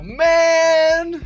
man